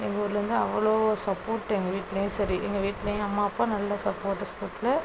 எங்கள் ஊர்லருந்து அவ்வளோ சப்போட்டு எங்கள் வீட்லையும் சரி எங்கள் வீட்டில் எங்கள் அம்மா அப்பா நல்லா சப்போட்டு ஸ்போட்டில்